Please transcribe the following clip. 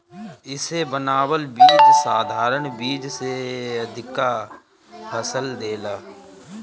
इसे बनावल बीज साधारण बीज से अधिका फसल देला